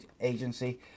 agency